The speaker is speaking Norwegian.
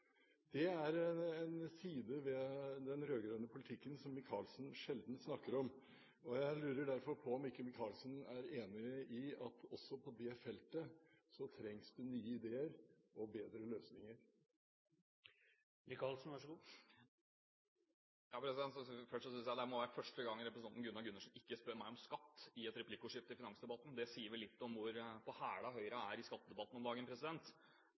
Det er en side ved den rød-grønne politikken som Micaelsen sjelden snakker om, og jeg lurer derfor på om ikke Micaelsen er enig i at det også på det trengs nye ideer og bedre løsninger. Jeg tror det må være første gang representanten Gundersen ikke spør meg om skatt i et replikkordskifte i finansdebatten, det sier vel litt om hvor på hæla Høyre er i skattedebatten om dagen.